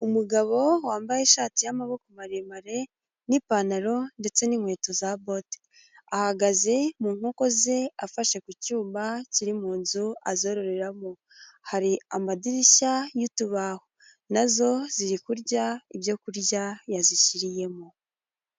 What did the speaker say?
Umugabo wambaye ishati y'amaboko maremare n'ipantaro ndetse n'inkweto za bote, ahagaze mu nkoko ze afashe ku cyuma kiri mu nzu azororeramo, hari amadirishya y'utubaho na zo ziri kurya ibyo kurya yazishyiriyemo.